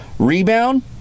Rebound